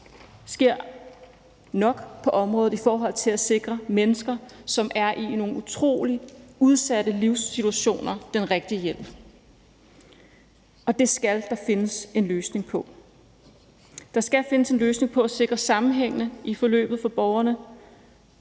sker nok på området i forhold til at sikre mennesker, som er i nogle utrolig udsatte livssituationer, den rigtige hjælp. Og det skal der findes en løsning på Der skal findes en løsning på at sikre sammenhæng i forløbet for borgerne,